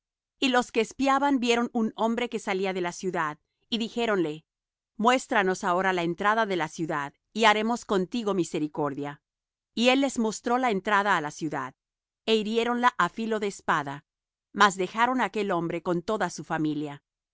y los que espiaban vieron un hombre que salía de la ciudad y dijéronle muéstranos ahora la entrada de la ciudad y haremos contigo misericordia y él les mostró la entrada á la ciudad é hiriéronla á filo de espada mas dejaron á aquel hombre con toda su familia